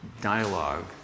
dialogue